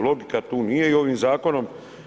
Logika tu nije i ovim zakonom.